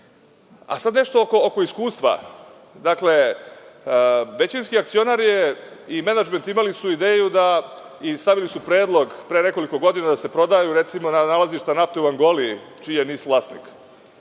nešto oko iskustva. Dakle, većinski akcionar i menadžment imali su ideju i stavili su predlog pre nekoliko godina da se prodaju, recimo, nalazišta nafte u Angoli, čiji je NIS vlasnik.